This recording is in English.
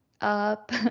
up